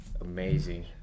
amazing